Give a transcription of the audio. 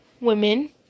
women